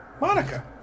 Monica